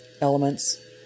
elements